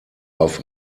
auf